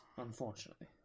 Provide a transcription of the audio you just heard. Unfortunately